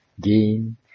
gain